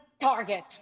target